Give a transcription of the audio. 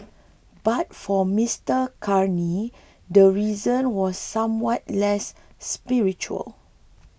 but for Mister Carney the reason was somewhat less spiritual